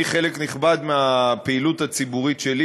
חלק נכבד מהפעילות הציבורית שלי